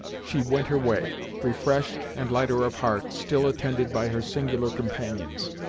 she went her way, refreshed and lighter of heart, still attended by her singular companions.